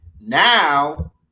Now